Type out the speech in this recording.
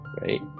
Right